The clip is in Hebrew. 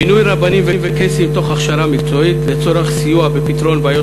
מינוי רבנים וקייסים תוך הכשרה מקצועית לצורך סיוע בפתרון בעיות